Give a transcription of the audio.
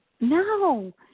no